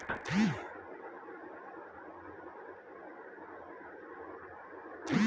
इन बीज में क्या क्या ख़ासियत है?